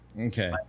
Okay